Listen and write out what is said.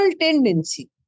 tendency